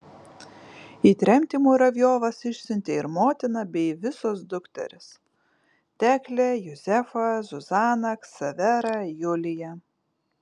į tremtį muravjovas išsiuntė ir motiną bei visos dukteris teklę juzefą zuzaną ksaverą juliją